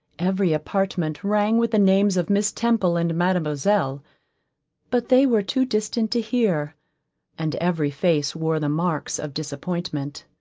every apartment rang with the names of miss temple and mademoiselle but they were too distant to hear and every face wore the marks of disappointment.